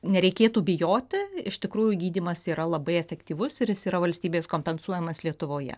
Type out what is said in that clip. nereikėtų bijoti iš tikrųjų gydymas yra labai efektyvus ir jis yra valstybės kompensuojamas lietuvoje